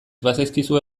bazaizkizue